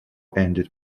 ended